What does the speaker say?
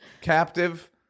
Captive